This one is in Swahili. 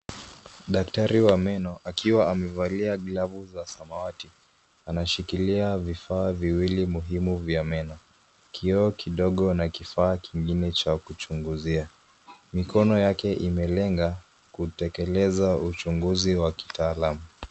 Daktari wa meno akiwa amevalia glavu za samawati. Anashikilia vifaa viwili muhimu vya meno, kioo kidogo na kifaa kingine cha kuchunguzia. Mikono yake imelenga kutekeleza uchunguzi wa kitaalamu.